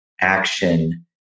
action